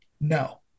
No